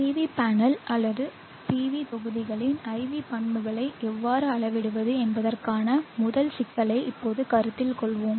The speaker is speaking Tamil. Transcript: PV பேனல் அல்லது PV தொகுதிகளின் IV பண்புகளை எவ்வாறு அளவிடுவது என்பதற்கான முதல் சிக்கலை இப்போது கருத்தில் கொள்வோம்